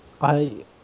I-